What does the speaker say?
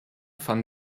van